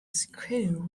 screw